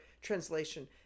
translation